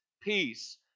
peace